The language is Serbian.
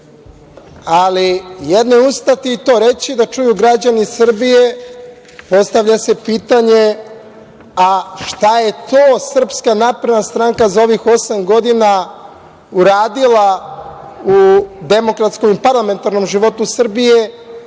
Ali, jedno isto to reći da čuju građani Srbije, postavlja se pitanje - šta je to SNS za ovih osam godina uradila u demokratskom i parlamentarnom životu Srbije